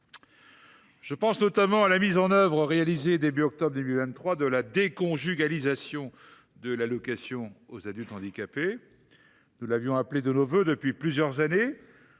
Je pense notamment à la mise en œuvre, au 1 octobre 2023, de la déconjugalisation de l’allocation aux adultes handicapés AAH. Nous l’appelions de nos vœux depuis plusieurs années.